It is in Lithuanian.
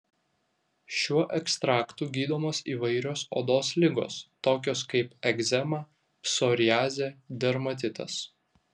šiuo ekstraktu gydomos įvairios odos ligos tokios kaip egzema psoriazė dermatitas